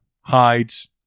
Hides